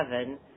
seven